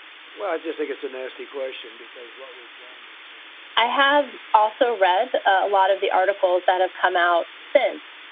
well, i just think it's a nasty question, because what we've done is i have also read a lot of the articles that have come out since.